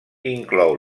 inclou